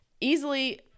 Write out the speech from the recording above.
easily